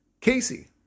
Casey